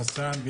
חסאן,